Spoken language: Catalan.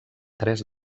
tres